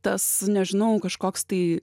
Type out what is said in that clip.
tas nežinau kažkoks tai